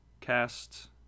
cast